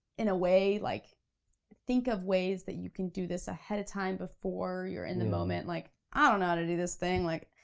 in a way, like think of ways that you can do this ahead of time, before you're in the moment, like, i don't know how to do this thing, like,